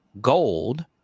gold